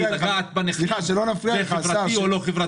בשביל שלא נפריע לך --- לגעת בנכים זה חברתי או לא חברתי?